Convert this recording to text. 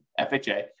FHA